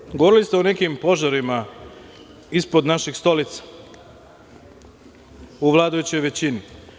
Na kraju, govorili ste o nekim požarima ispod naših stolica u vladajućoj većini.